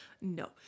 No